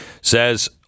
says